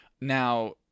Now